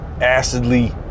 acidly